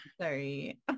sorry